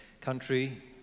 country